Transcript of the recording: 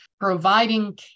providing